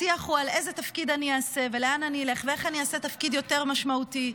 השיח הוא על איזה תפקיד אעשה ולאן אלך ואיך אעשה תפקיד יותר משמעותי.